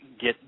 get